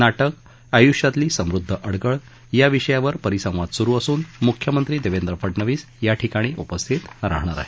नाटक आयुष्यातली समृद्ध अडगळ या विषयांवर परिसंवाद सुरु असून मुख्यमंत्री देवेंद्र फडनवीस याठिकाणी उपस्थित राहणार आहेत